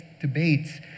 debates